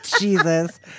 Jesus